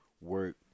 work